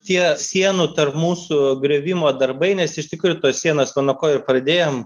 tie sienų tarp mūsų griovimo darbai nes iš tikrųjų tos sienos nuo ko ir pradėjom